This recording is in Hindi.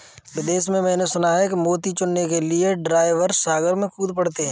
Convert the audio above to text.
विदेश में मैंने सुना है कि मोती चुनने के लिए ड्राइवर सागर में कूद पड़ते हैं